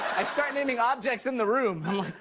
i start naming objects in the room